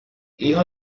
hijo